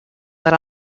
set